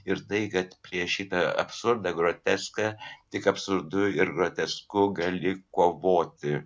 ir tai kad prieš šitą absurdą groteską tik absurdu ir grotesku gali kovoti